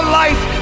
life